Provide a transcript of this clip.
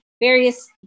various